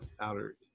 outer